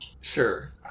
sure